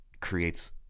creates